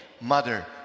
Mother